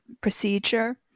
procedure